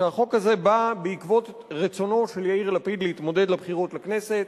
שהחוק הזה בא בעקבות רצונו של יאיר לפיד להתמודד לבחירות לכנסת.